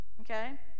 okay